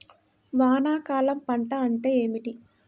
వానాకాలం పంట అంటే ఏమిటి?